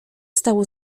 stało